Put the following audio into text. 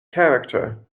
character